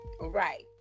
right